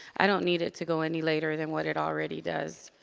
i don't need it to go any later than what it already does.